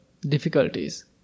difficulties